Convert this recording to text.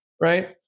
Right